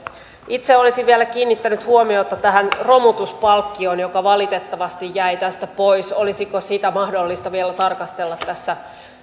itse olisin vielä kiinnittänyt huomiota tähän romutuspalkkioon joka valitettavasti jäi tästä pois olisiko sitä mahdollista vielä tarkastella